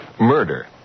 murder